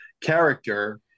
character